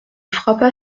frappa